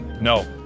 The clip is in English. No